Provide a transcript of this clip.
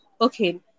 okay